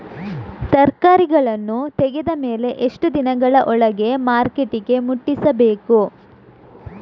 ತರಕಾರಿಗಳನ್ನು ತೆಗೆದ ಮೇಲೆ ಎಷ್ಟು ದಿನಗಳ ಒಳಗೆ ಮಾರ್ಕೆಟಿಗೆ ಮುಟ್ಟಿಸಬೇಕು?